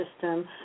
system